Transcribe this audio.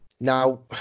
Now